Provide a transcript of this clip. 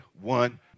One